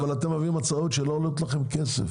אבל אתם מביאים הצעות שלא עולות לכם כסף.